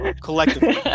collectively